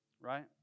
Right